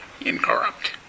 incorrupt